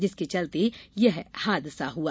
जिसके चलते यह हादसा हुआ